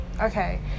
Okay